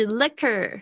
liquor